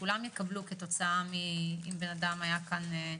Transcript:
כולם יקבלו אם בן אדם יימצא כאן חולה.